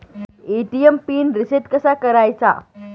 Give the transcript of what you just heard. ATM PIN reset कसा करायचा?